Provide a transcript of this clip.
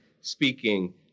speaking